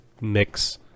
mix